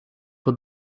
het